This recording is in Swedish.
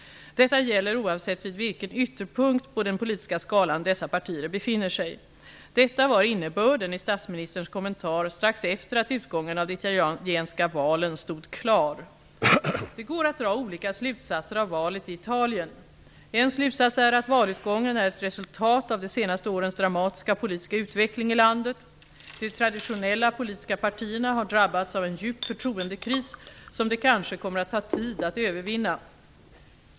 Detta gäller oavsett vid vilken ytterpunkt på den politiska skalan dessa partier befinner sig. Detta var innebörden i statsministerns kommentar strax efter det att utgången av de italienska valen stod klar. Det går att dra olika slutsatser av valet i Italien. En slutsats är att valutgången är ett resultat av de senaste årens dramatiska politiska utveckling i landet. De traditionella politiska partierna har drabbats av en djup förtroendekris, som det kanske kommer att ta tid att övervinna.